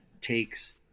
takes